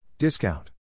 Discount